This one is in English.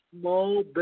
small